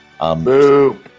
Boop